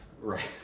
right